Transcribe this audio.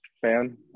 fan